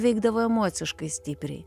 veikdavo emociškai stipriai